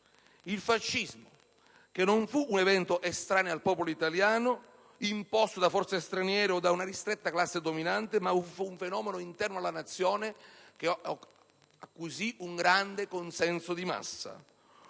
il fascismo, che non fu un evento estraneo al popolo italiano, imposto da forze straniere o da una ristretta classe dominante, ma un fenomeno interno alla Nazione che acquisì un grande consenso di massa,